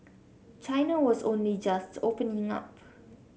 China was only just opening up